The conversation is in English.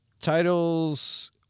Titles